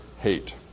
hate